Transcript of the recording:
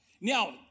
Now